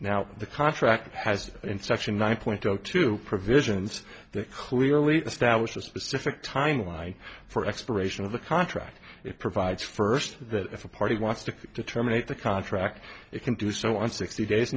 now the contract has in section one point zero two provisions that clearly established a specific timeline for expiration of the contract it provides first that if a party wants to terminate the contract it can do so on sixty days